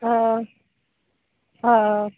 অঁ অঁ